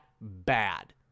bad